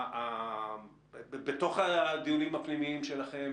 בתוך הדיונים הפנימיים שלכם,